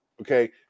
okay